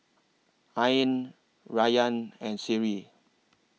Ain Rayyan and Seri